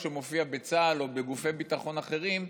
כשהוא מופיע בצה"ל או בגופי ביטחון אחרים,